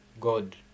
God